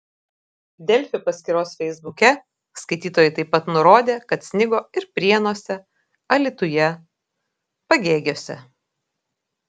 delfi paskyros feisbuke skaitytojai taip pat nurodė kad snigo ir prienuose alytuje pagėgiuose